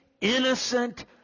innocent